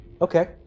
Okay